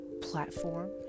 platform